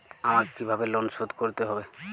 আমাকে কিভাবে লোন শোধ করতে হবে?